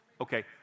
Okay